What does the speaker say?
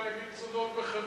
לא יפה להגיד סודות בחברה,